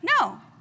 No